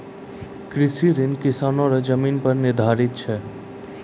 कृषि ऋण किसानो रो जमीन पर निर्धारित छै